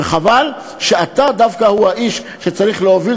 וחבל שאתה דווקא הוא האיש שצריך להוביל